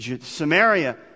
Samaria